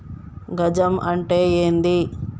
గజం అంటే ఏంది?